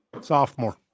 Sophomore